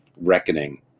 reckoning